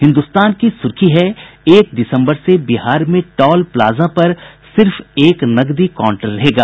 हिन्दुस्तान की सुर्खी है एक दिसम्बर से बिहार में टॉल प्लाजा पर सिर्फ एक नकदी काउंटर रहेगा